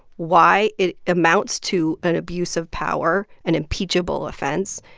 why it amounts to an abuse of power, an impeachable offense,